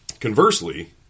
Conversely